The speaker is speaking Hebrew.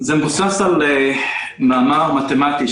זה מבוסס על מאמר מתמטי,